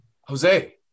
Jose